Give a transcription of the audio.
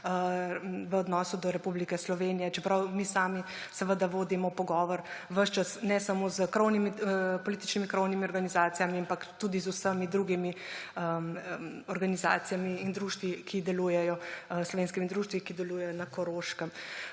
v odnosu do Republike Slovenije, čeprav mi sami seveda vodimo pogovor ves čas ne samo s krovnimi političnimi organizacijami, ampak tudi z vsemi drugimi organizacijami in društvi, slovenskimi društvi, ki delujejo na Koroškem.